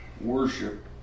worship